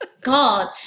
God